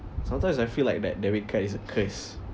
sometimes I feel like that debit card is a curse